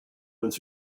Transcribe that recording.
uns